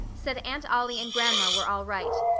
said aunt ollie and grandma were all right,